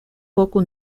poco